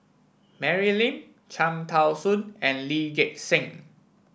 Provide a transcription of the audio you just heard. Mary Lim Cham Tao Soon and Lee Gek Seng